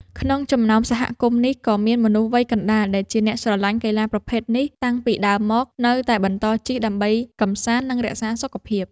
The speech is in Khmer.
ក្នុងចំណោមសហគមន៍នេះ ក៏មានមនុស្សវ័យកណ្ដាលដែលជាអ្នកស្រឡាញ់កីឡាប្រភេទនេះតាំងពីដើមមក នៅតែបន្តជិះដើម្បីកម្សាន្ត និងរក្សាសុខភាព។